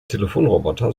telefonroboter